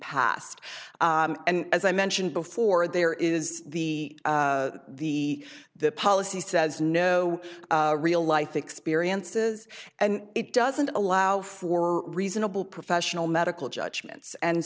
passed and as i mentioned before there is the the the policy says no real life experiences and it doesn't allow for reasonable professional medical judgments and